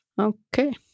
Okay